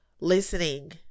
listening